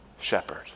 shepherd